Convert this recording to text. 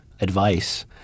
advice